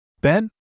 Ben